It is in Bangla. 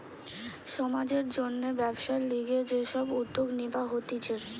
সমাজের জন্যে ব্যবসার লিগে যে সব উদ্যোগ নিবা হতিছে